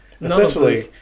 essentially